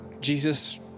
Jesus